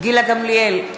גילה גמליאל,